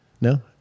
No